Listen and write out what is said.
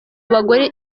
bagore